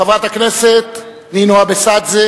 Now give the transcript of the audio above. חברת הכנסת נינו אבסדזה,